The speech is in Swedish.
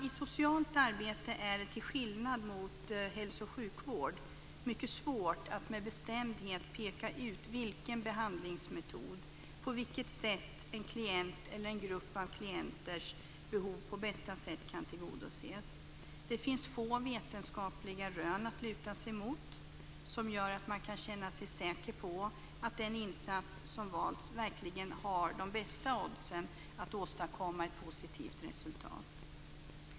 I socialt arbete är det, till skillnad från hälso och sjukvård, mycket svårt att med bestämdhet peka ut någon behandlingsmetod eller på vilket sätt en klients behov eller behovet hos en grupp klienter på bästa sätt kan tillgodoses. Det finns få vetenskapliga rön att luta sig mot som gör att man kan känna sig säker på den insats som valts verkligen har de bästa oddsen att åstadkomma ett positivt resultat.